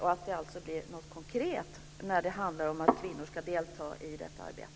Jag hoppas alltså att det blir något konkret när det handlar om att kvinnor ska delta i detta arbete.